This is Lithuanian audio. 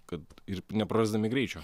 kad ir neprarasdami greičio